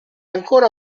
ancora